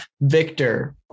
victor